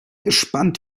gespannt